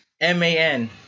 M-A-N